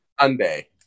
Sunday